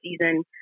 season